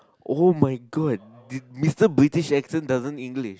oh my god did Mister British accent doesn't English